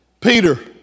Peter